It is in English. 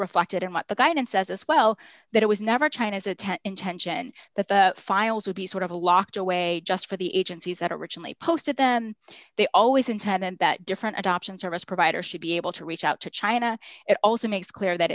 reflected in what the guide and says as well that it was never china's a ten intention that the files would be sort of a locked away just for the agencies that originally posted them they always intended different adoption service providers should be able to reach out to china it also makes clear that